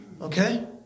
Okay